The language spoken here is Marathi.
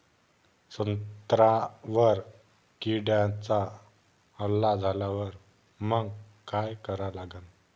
संत्र्यावर किड्यांचा हल्ला झाल्यावर मंग काय करा लागन?